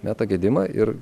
meta gedimą ir